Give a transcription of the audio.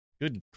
Good